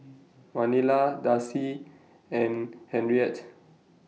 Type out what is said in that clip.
Manilla Darcie and Henriette